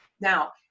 Now